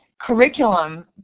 curriculum